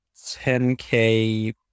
10K